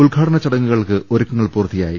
ഉദ്ഘാടന ചടങ്ങുകൾക്ക് ഒരുക്കങ്ങൾ പൂർത്തിയായി